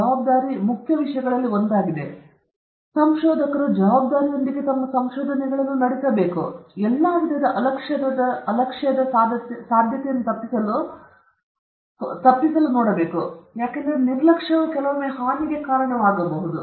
ಜವಾಬ್ದಾರಿ ಮುಖ್ಯ ವಿಷಯಗಳಲ್ಲಿ ಒಂದಾಗಿದೆ ಮತ್ತು ಸಂಶೋಧಕರು ಜವಾಬ್ದಾರಿಯೊಂದಿಗೆ ತಮ್ಮ ಸಂಶೋಧನೆಗಳನ್ನು ನಡೆಸಬೇಕು ಆದ್ದರಿಂದ ಎಲ್ಲಾ ವಿಧದ ಅಲಕ್ಷ್ಯದ ಸಾಧ್ಯತೆಯನ್ನು ತಪ್ಪಿಸಲು ಕೆಲವೊಮ್ಮೆ ನಿರ್ಲಕ್ಷ್ಯವು ಹಾನಿಗೆ ಕಾರಣವಾಗಬಹುದು